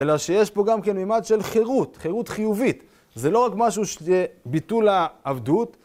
אלא שיש פה גם כן מימד של חירות, חירות חיובית, זה לא רק משהו שזה ביטול העבדות...